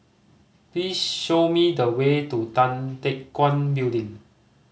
please show me the way to Tan Teck Guan Building